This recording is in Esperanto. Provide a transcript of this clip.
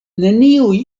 neniuj